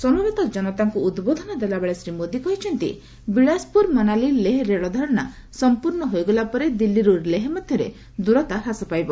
ସମବେତ ଜନତାଙ୍କୁ ଉଦ୍ବୋଧନ ଦେଲାବେଳେ ଶ୍ରୀ ମୋଦି କହିଛନ୍ତି ବିଳାସପୁର ମନାଲି ଲେହ ରେଳଧାରଣା ସମ୍ପର୍ଣ୍ଣ ହୋଇଗଲା ପରେ ଦିଲ୍ଲୀରୁ ଲେହ ମଧ୍ୟରେ ଦୂରତା ହ୍ରାସ ପାଇବ